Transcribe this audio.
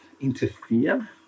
interfere